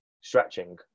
stretching